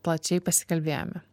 plačiai pasikalbėjome